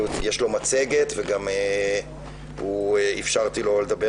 יש לו מצגת, ואפשרתי לו לדבר